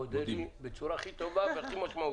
מודה לי בצורה הכי טובה והכי משמעותית.